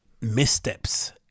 missteps